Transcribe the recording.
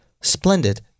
splendid